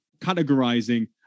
categorizing